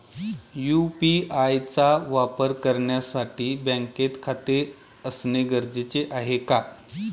UPI चा वापर करण्यासाठी बँकेत खाते असणे गरजेचे आहे का?